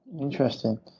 Interesting